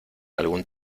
algún